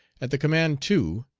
at the command two!